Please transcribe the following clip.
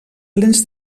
plens